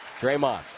Draymond